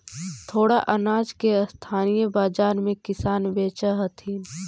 थोडा अनाज के स्थानीय बाजार में किसान बेचऽ हथिन